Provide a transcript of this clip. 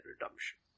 redemption